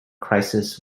crisis